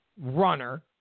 runner